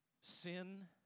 sin